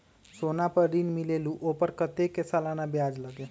सोना पर ऋण मिलेलु ओपर कतेक के सालाना ब्याज लगे?